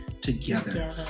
together